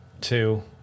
Two